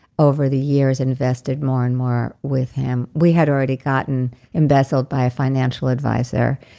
over the years, invested more and more with him. we had already gotten embezzled by a financial advisor,